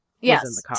Yes